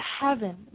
heaven